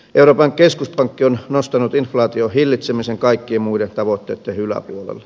euroopan keskuspankki on nostanut inflaation hillitsemisen kaikkien muiden tavoitteitten yläpuolelle